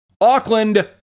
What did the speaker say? Auckland